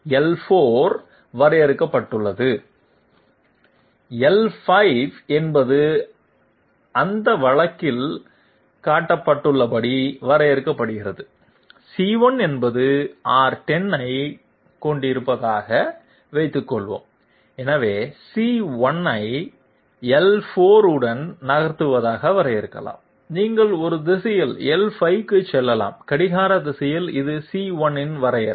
l4 say வரையறுக்கப்பட்டுள்ளது l5 say என்பது அந்த வழக்கில் காட்டப்பட்டுள்ளபடி வரையறுக்கப்படுகிறது c1 என்பது r10 ஐக் கொண்டிருப்பதாக வைத்துக்கொள்வோம் எனவே c1 ஐ l4 உடன் நகர்த்துவதாக வரையறுக்கலாம் நீங்கள் ஒரு திசையில் l5 க்கு செல்லலாம் கடிகார திசையில் இது c1 இன் வரையறை